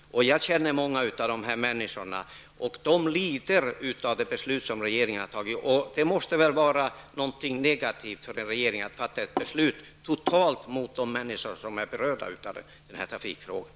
Jag känner många av dessa människor, och de lider av det beslut som regeringen har fattat. Det måste väl vara negativt för en regering att fatta ett beslut som går totalt emot de människor som är berörda av den här trafikfrågan.